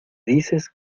dices